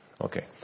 okay